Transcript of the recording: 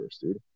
dude